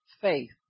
faith